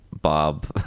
Bob